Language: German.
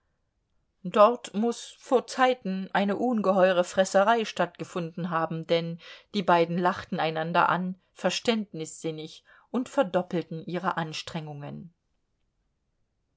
dort muß vor zeiten eine ungeheure fresserei stattgefunden haben denn die beiden lachten einander an verständnisinnig und verdoppelten ihre anstrengungen